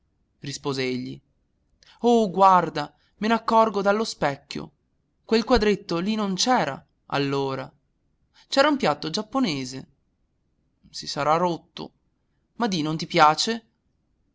rispose egli oh guarda me n'accorgo dallo specchio quel quadretto lì non c'era allora c'era un piatto giapponese si sarà rotto ma di non ti piace